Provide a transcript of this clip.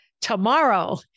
Tomorrow